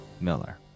Miller